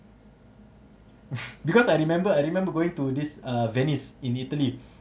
because I remember I remember going to this uh venice in italy